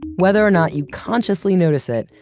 whether or not you consciously notice it,